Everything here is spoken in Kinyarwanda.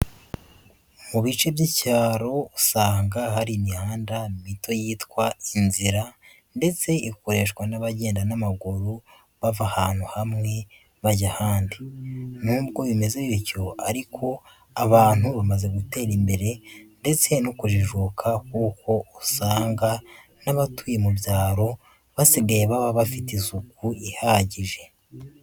Mu bice by'icyaro usanga hari imihanda mito yitwa inzira ndetse ikoreshwa n'abagenda n'amaguru bava ahantu hamwe bajya ahandi. Nubwo bimeze bityo ariko abantu bamaze gutera imbere ndetse no kujijuka kuko usanga n'abatuye mu byaro basigaye baba bafite isuku ihagije.